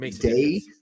day